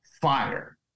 fire